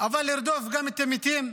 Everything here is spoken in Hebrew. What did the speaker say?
אבל לרדוף גם את המתים?